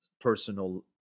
personal